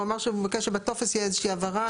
הוא אמר שהוא מבקש שבטופס תהיה איזה שהיא הבהרה